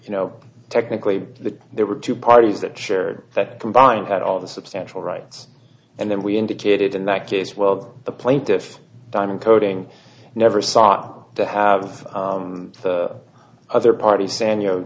you know technically the there were two parties that shared that combined had all the substantial rights and then we indicated in that case well the plaintiff diamond coating never sought to have the other party saniel